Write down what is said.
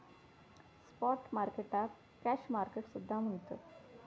spot मार्केटाक cash market सुद्धा म्हणतत